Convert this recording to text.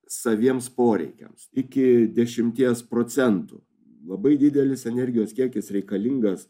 saviems poreikiams iki dešimties procentų labai didelis energijos kiekis reikalingas